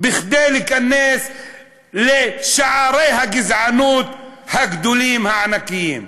בכדי להיכנס לשערי הגזענות הגדולים, הענקיים?